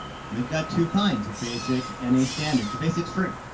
and they've got two kinds a basic and a standard. the basic's free,